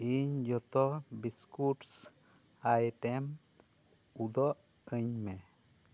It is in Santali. ᱤᱧ ᱡᱚᱛ ᱵᱤᱥᱠᱩᱴᱥ ᱟᱭᱴᱮᱢ ᱩᱫᱩᱜ ᱟᱹᱧ ᱢᱮ